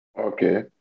Okay